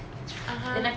(uh huh)